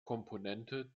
komponente